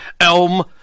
Elm